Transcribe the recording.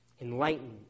enlightened